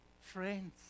friends